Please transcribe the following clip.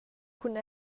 cun